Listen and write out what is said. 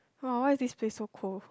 !wah! why is this place so cold